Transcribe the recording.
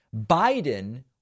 Biden